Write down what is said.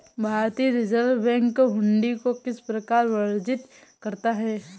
भारतीय reserve bank हुंडी को किस प्रकार वर्णित करता है?